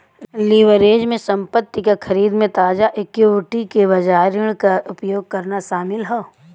leverage में संपत्ति क खरीद में ताजा इक्विटी के बजाय ऋण क उपयोग करना शामिल हौ